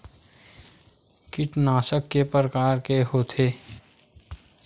कीटनाशक के प्रकार के होथे?